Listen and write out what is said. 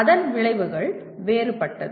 அதன் விளைவுகள் வேறுபட்டது